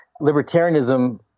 Libertarianism